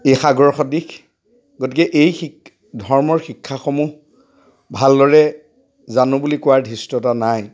ই সাগৰ সদৃশ গতিকে এই ধৰ্মৰ শিক্ষাসমূহ ভালদৰে জানো বুলি কোৱাৰ ধৃষ্টতা নাই